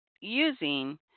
using